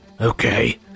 Okay